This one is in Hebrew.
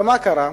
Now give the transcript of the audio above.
ומה קרה?